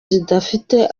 zidafite